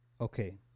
Okay